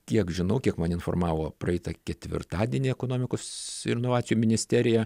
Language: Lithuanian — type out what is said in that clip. tiek žinau kiek mane informavo praeitą ketvirtadienį ekonomikos ir inovacijų ministerija